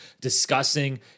discussing